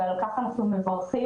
ועל כך אנחנו מברכים,